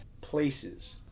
places